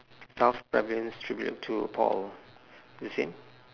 south pavillon tribute to paul the same